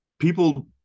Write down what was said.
people